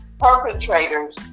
perpetrators